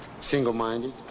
single-minded